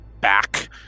back